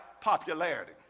popularity